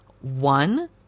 one